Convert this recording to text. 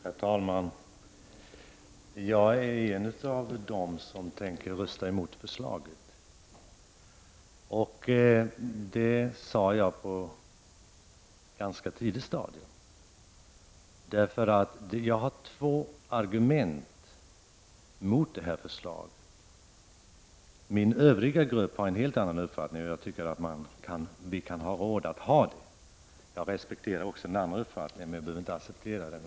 Herr talman! Jag är en av dem som tänker rösta emot förslaget. Jag har två argument mot förslaget. Min partigrupps majoritet har en helt annan uppfattning, och jag tycker att vi kan ha råd att ha skilda uppfatt ningar. Jag respekterar den andre uppfattningen, men jag behöver inte acceptera den.